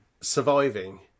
surviving